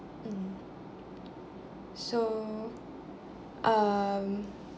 mm so um